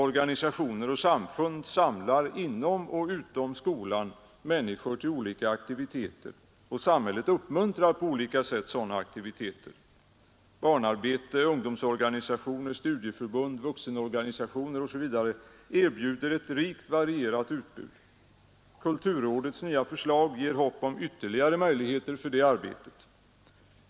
Organisationer och samfund samlar inom och utom skolan människor till olika aktiviteter, och samhället uppmuntrar på olika sätt sådana aktiviteter. Barnarbete, ungdomsorganisationer, studieförbund, vuxenorganisationer osv. erbjuder ett rikt varierat utbud. Kulturrådets nya förslag ger hopp om ytterligare möjligheter för det arbetet.